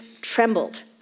trembled